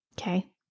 Okay